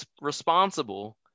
responsible